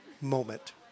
moment